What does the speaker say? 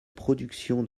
production